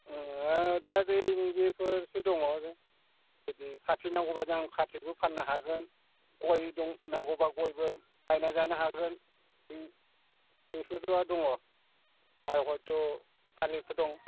ओं दा बै नैबेफोरसो दङ जुदि फाथो नांगौब्ला दा फाथोबो फाननो हागोन गय दं नांगौब्ला गयबो बायना जानो हागोन नों दङ आर हयथ' थालिरफोर दं